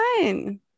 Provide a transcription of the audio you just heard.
fine